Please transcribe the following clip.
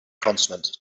consonant